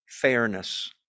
fairness